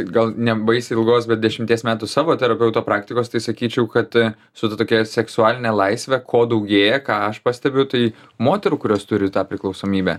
gal ne baisiai ilgos bet dešimties metų savo terapeuto praktikos tai sakyčiau kad su ta tokia seksualine laisve ko daugėja ką aš pastebiu tai moterų kurios turi tą priklausomybę